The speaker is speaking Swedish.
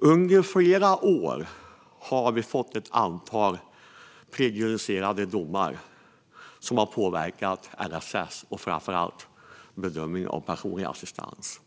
Under flera år har vi fått ett antal prejudicerande domar som påverkat LSS och framför allt bedömningen av personlig assistans.